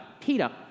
Peter